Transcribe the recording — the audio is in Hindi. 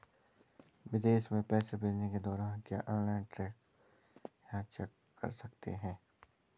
विदेश में पैसे भेजने के दौरान क्या हम ऑनलाइन ट्रैक या चेक कर सकते हैं?